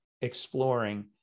exploring